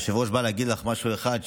היושב-ראש בא להגיד לך משהו אחד,